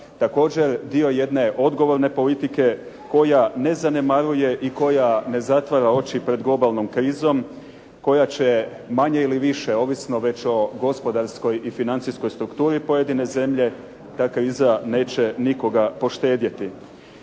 također dio jedne odgovorne politike koja ne zanemaruje i koja ne zatvara oči pred globalnom krizom, koja će manje ili više ovisno već o gospodarskoj i financijskoj strukturi pojedine zemlje ta kriza neće nikoga poštedjeti.